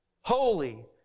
Holy